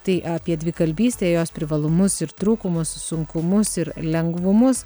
tai apie dvikalbystę jos privalumus ir trūkumus sunkumus ir lengvumus